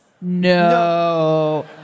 No